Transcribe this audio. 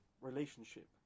relationship